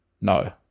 No